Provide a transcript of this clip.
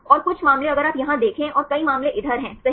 और कुछ मामले अगर आप यहाँ देखें और कई मामले इधर हैं सही